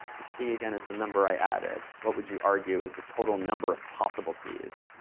the key, again, is the number i added. what would you argue is the total number of possible keys?